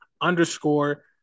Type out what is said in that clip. underscore